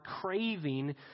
craving